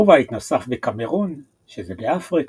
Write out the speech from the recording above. ובית נוסף בקמרון, שזה באפריקה.